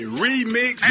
remix